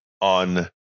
on